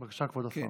בבקשה, כבוד השר.